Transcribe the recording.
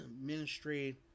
Ministry